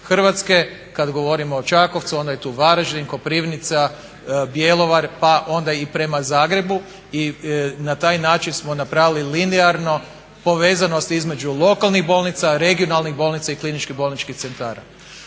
Hrvatske. Kad govorimo o Čakovcu onda je tu Varaždin, Koprivnica, Bjelovar pa onda i prema Zagrebu i na taj način smo napravili linearnu povezanost između lokalnih bolnica, regionalnih bolnica i KBC-a. Što se tiče